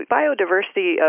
biodiversity